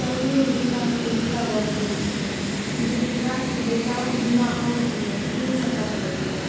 कनिये दिनका पहिलुका गप कहै छी जे बिहारके बेटा बिना आउट भेने तीन सतक लगेलक